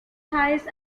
hayes